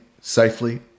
Safely